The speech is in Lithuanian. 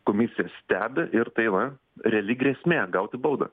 komisija stebi ir tai va reali grėsmė gauti baudą